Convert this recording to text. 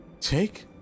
take